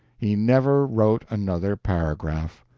he never wrote another paragraph.